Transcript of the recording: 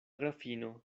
grafino